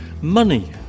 Money